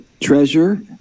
treasure